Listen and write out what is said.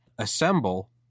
assemble